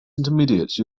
intermediate